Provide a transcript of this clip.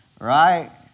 right